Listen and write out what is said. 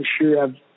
sure